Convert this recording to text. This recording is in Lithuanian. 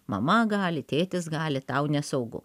mama gali tėtis gali tau nesaugu